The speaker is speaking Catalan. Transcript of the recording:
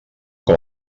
com